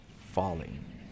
falling